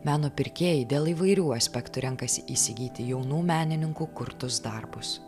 meno pirkėjai dėl įvairių aspektų renkasi įsigyti jaunų menininkų kurtus darbus